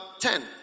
ten